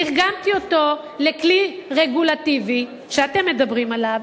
תרגמתי אותו לכלי רגולטיבי שאתם מדברים עליו,